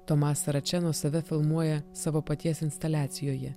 tomas račeno save filmuoja savo paties instaliacijoje